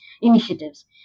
initiatives